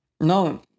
no